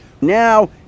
Now